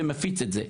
ומפיץ את זה.